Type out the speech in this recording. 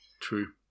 true